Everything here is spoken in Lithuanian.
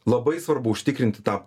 labai svarbu užtikrinti tą